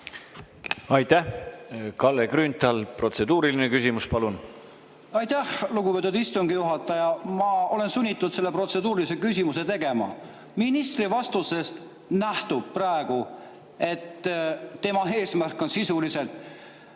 Aitäh! Kalle Grünthal, protseduuriline küsimus, palun! Aitäh, lugupeetud istungi juhataja! Ma olen sunnitud selle protseduurilise küsimuse tegema. Ministri vastusest nähtub praegu, et tema eesmärk on sisuliselt